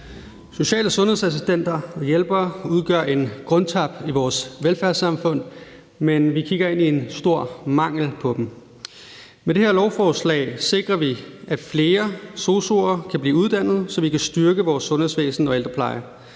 Social- og sundhedsassistenter og -hjælpere udgør en krumtap i vores velfærdssamfund, men vi kigger ind i en stor mangel på dem. Med det her lovforslag sikrer vi, at der kan blive uddannet flere sosu'er, så vi kan styrke vores sundhedsvæsen og ældrepleje.